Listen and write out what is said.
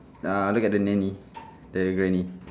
ah look at the nanny the granny